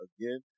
again